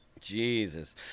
jesus